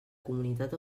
comunitat